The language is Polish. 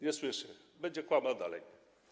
Nie słyszy, będzie kłamał dalej.